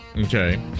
Okay